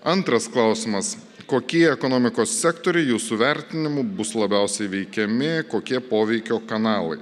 antras klausimas kokie ekonomikos sektoriai jūsų vertinimu bus labiausiai veikiami kokie poveikio kanalai